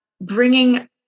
bringing